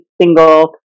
single